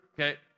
Okay